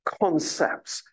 concepts